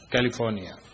California